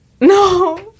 no